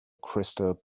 crystal